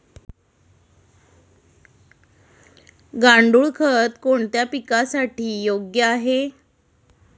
गांडूळ खत कोणत्या पिकासाठी योग्य आहे?